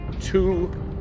two